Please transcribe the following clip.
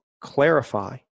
clarify